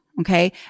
Okay